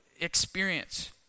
experience